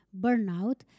burnout